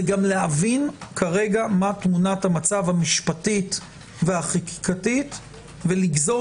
זה גם להבין כרגע מה תמונת המצב המשפטית והחקיקתית ולגזור